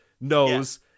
knows